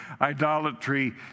Idolatry